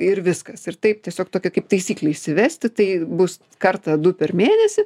ir viskas ir taip tiesiog tokią kaip taisyklę įsivesti tai bus kartą du per mėnesį